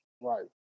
Right